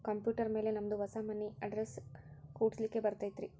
Computer ಮ್ಯಾಲೆ ನಮ್ದು ಹೊಸಾ ಮನಿ ಅಡ್ರೆಸ್ ಕುಡ್ಸ್ಲಿಕ್ಕೆ ಬರತೈತ್ರಿ?